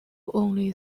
only